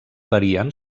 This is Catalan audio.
varien